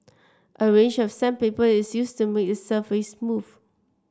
a range of sandpaper is used to make the surface smooth